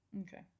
Okay